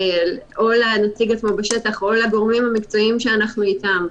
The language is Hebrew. לנציג בשטח או לגורמים המקצועיים שאנחנו איתם,